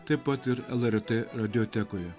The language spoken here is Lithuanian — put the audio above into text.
taip pat ir al are t radijotekoje